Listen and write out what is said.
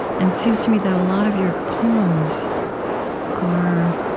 and it seems to me that a lot of your poems are